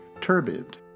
turbid